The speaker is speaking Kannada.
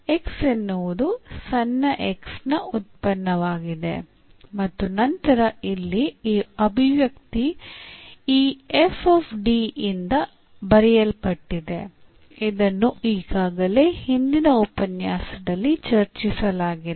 X ಎನ್ನುವುದು ಸಣ್ಣ x ನ ಉತ್ಪನ್ನವಾಗಿದೆ ಮತ್ತು ನಂತರ ಇಲ್ಲಿ ಈ ಅಭಿವ್ಯಕ್ತಿ ಈ ಯಿಂದ ಬರೆಯಲ್ಪಟ್ಟಿದೆ ಇದನ್ನು ಈಗಾಗಲೇ ಹಿಂದಿನ ಉಪನ್ಯಾಸದಲ್ಲಿ ಚರ್ಚಿಸಲಾಗಿದೆ